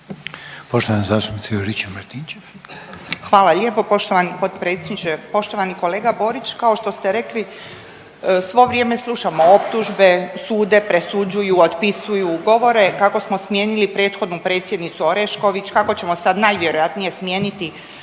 Branka (HDZ)** Hvala lijepo poštovani potpredsjedniče. Poštovani kolega Borić, kao što ste rekli, svo vrijeme slušamo optužbe, sude, presuđuju, otpisuju govore kako smo smijenili prethodnu predsjednicu Orešković, kako ćemo sad najvjerojatnije smijeniti